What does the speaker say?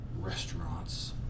restaurants